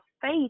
faith